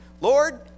Lord